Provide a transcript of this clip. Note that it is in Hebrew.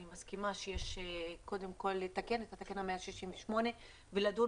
אני מסכימה שיש קודם כול לתקן את תקנה 168 ולדון